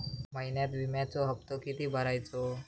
महिन्यात विम्याचो हप्तो किती भरायचो?